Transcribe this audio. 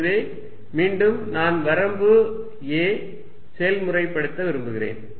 எனவே மீண்டும் நான் வரம்பு a செயல்முறையைப் பயன்படுத்தப் போகிறேன்